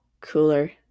Cooler